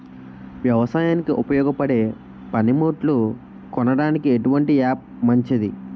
వ్యవసాయానికి ఉపయోగపడే పనిముట్లు కొనడానికి ఎటువంటి యాప్ మంచిది?